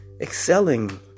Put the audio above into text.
excelling